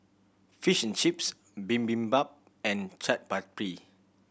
Fish and Chips Bibimbap and Chaat Papri